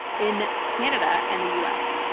in canada and the us.